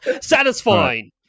Satisfying